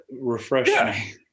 refreshing